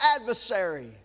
adversary